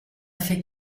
fait